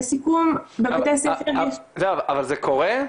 אבל זה קורה?